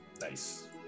Nice